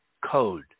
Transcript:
code